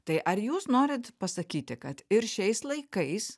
tai ar jūs norit pasakyti kad ir šiais laikais